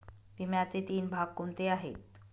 विम्याचे तीन भाग कोणते आहेत?